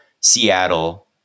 Seattle